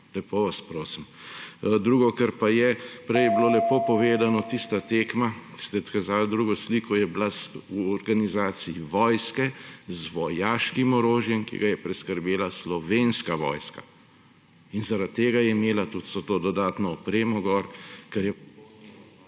Lepo vas prosim! Drugo, kar pa je, prej je bilo lepo povedano, tista tekma, ko ste kazali drugo sliko, je bila v organizaciji vojske, z vojaškim orožjem, ki ga je priskrbela Slovenska vojska. Zaradi tega je imela tudi vso to dodatno opremo.